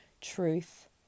truth